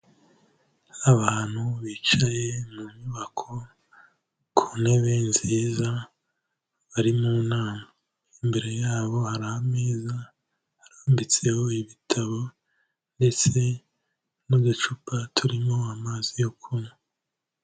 Abantu bicaye mu nyubako ku ntebe nziza bari mu nama, imbere yabo hari ameza arambitseho ibitabo ndetse n'ugacupa turimo amazi yo kunywa.